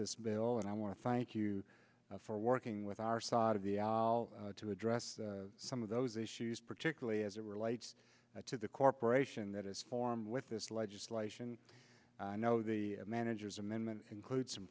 this bill and i want to thank you for working with our side of the aisle to address some of those issues particularly as it relates to the corporation that is formed with this legislation i know the manager's amendment includes some